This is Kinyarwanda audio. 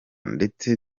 ndetse